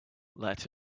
let